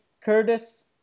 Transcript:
Curtis